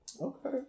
Okay